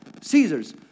Caesar's